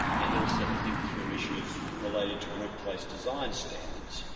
and also to think through issues related to workplace design standards,